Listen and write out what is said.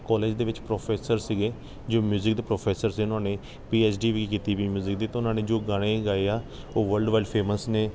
college ਦੇ ਵਿੱਚ professor ਸੀਗੇ ਜਿਵੇਂ ਮਿਊਜ਼ਿਕ ਦੇ ਪ੍ਰੋਫੈਸਰ ਸੀ ਉਹਨਾਂ ਨੇ ਪੀ ਐਚ ਡੀ ਵੀ ਕੀਤੀ ਵੀ ਮਿਊਜ਼ਿਕ ਦੀ ਤਾਂ ਉਹਨਾਂ ਨੇ ਜੋ ਗਾਣੇ ਗਾਏ ਆ ਉਹ ਵਰਲਡਵਾਈਡ ਫੇਮਸ ਨੇ